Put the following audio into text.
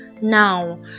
now